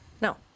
No